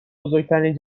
بزرگترین